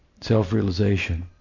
Self-realization